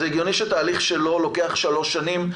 זה הגיוני שתהליך שלו לוקח שלוש שנים?